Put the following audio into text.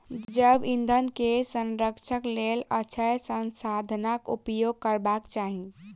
जैव ईंधन के संरक्षणक लेल अक्षय संसाधनाक उपयोग करबाक चाही